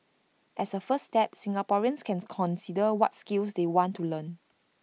as A first step Singaporeans can consider what skills they want to learn